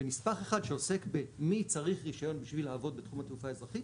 בנספח 1 שעוסק במי צריך רישיון בשביל לעבוד בתחום התעופה האזרחית?